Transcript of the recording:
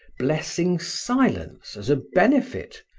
blessing silence as a benefit,